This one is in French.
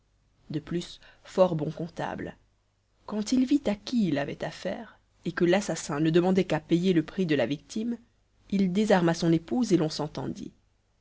de plus fort bon comptable quand il vit à qui il avait affaire et que l'assassin ne demandait qu'à payer le prix de la victime il désarma son épouse et l'on s'entendit